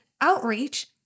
outreach